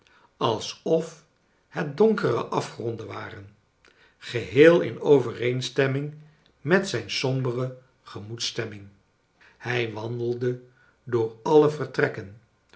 alsof het donkere afgronden waren geheel in overeenstemming met zijn sombere gemoedsstemming hij wandelde door alle vertrekken